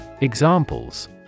Examples